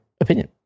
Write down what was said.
opinion